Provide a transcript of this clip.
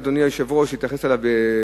אדוני היושב-ראש, שאני רוצה להתייחס אליו בקצרה.